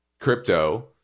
crypto